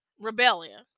rebellion